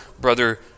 brother